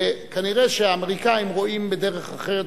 וכנראה שהאמריקנים רואים בדרך אחרת